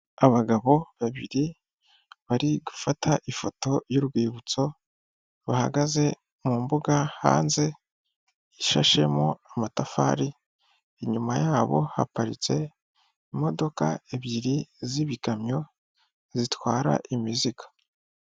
Abagabo babiri bari gufata ifoto y'urwibutso bahagaze mu mbuga hanze ishashemo amatafari, inyuma yabo haparitse imodoka ebyiri z'ibikamyo zitwara imizigo.